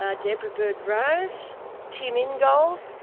ah deborah byrd-rose, tim ingold,